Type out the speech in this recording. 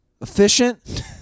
efficient